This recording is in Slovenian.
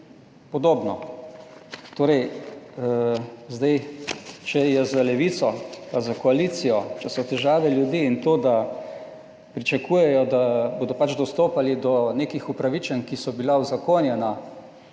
Podobno. Torej zdaj, če je za levico pa za koalicijo, če so težave ljudi in to, da pričakujejo, da bodo pač dostopali do nekih upravičenj, ki so bila uzakonjena,